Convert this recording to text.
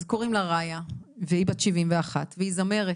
אז קוראים לה רעיה היא בת שבעים ואחת והיא זמרת,